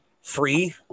free